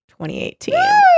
2018